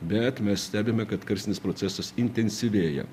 bet mes stebime kad karstinis procesas intensyvėja